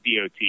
DOT